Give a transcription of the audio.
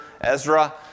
Ezra